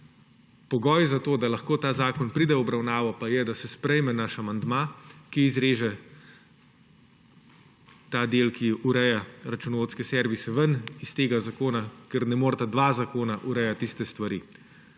Pogoj za to, da lahko ta zakon pride v obravnavo, pa je, da se sprejme naš amandma, ki izreže ta del, ki ureja računovodske servise, iz tega zakona, ker ne moreta dva zakona urejati iste stvari.